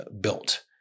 built